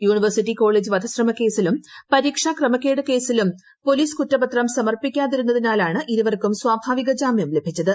university college വധശ്രമക്കേസിലും പരീക്ഷ ക്രമക്കേട് കേസിലും പൊലീസ് കുറ്റപത്രം സമർപ്പിക്കാതിരുന്നതിനാലാണ് ഇരുവർക്കും സ്വാഭാവിക ജാമ്യം ലഭിച്ചത്